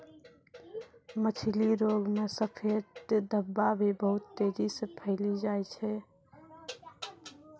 मछली रोग मे सफेद धब्बा भी बहुत तेजी से फैली जाय छै